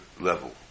level